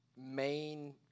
main